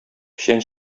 печән